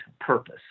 purpose